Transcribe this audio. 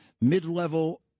mid-level